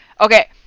Okay